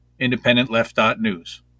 IndependentLeft.News